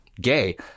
gay